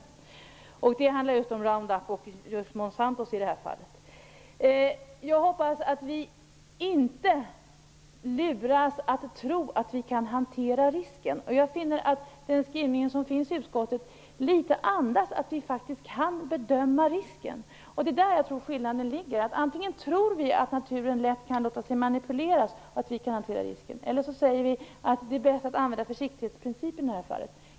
Det handlar om just Round Up och Monsanto i det här fallet. Jag hoppas att vi inte luras att tro att vi kan hantera risken. Jag finner att utskottets skrivning litet andas att vi faktiskt kan bedöma risken. Där ligger skillnaden. Antigen tror vi att naturen lätt kan låta sig manipuleras och att vi kan hantera risken eller så säger vi att det är bäst att använda försiktighetsprincipen.